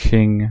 King